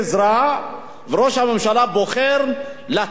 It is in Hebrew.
וראש הממשלה בוחר להטיל עליהם מסים.